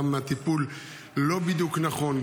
גם הטיפול לא בדיוק נכון,